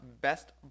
best